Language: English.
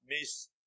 miss